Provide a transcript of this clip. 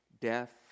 Death